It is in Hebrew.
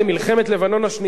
אדוני היושב-ראש,